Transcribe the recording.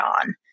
on